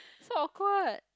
so awkward